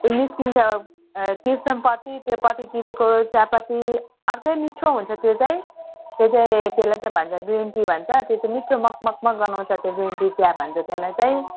निस्किन्छ त्यो चियापत्ती त्यो टिपेको चियापत्ती अर्कै मिठो हुन्छ त्यो चाहिँ त्यो चाहिँ त्यलाई चाहिँ भन्छ ग्रिन टी भन्छ त्यो चाहिँ मिठो मगमगमग गनाउँछ ग्रिन टी चिया भन्छ त्यहीलाई चाहिँ